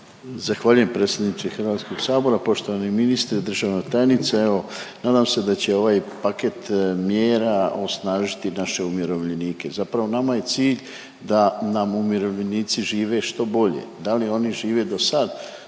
Zahvaljujem predsjedniče HS. Poštovani ministre, državna tajnice, evo nadam se da će ovaj paket mjera osnažiti naše umirovljenike, zapravo nama je cilj da nam umirovljenici žive što bolje, da li oni žive dosad